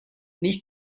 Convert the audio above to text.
nicht